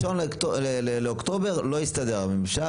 1 באוקטובר, לא הסתדר הממשק.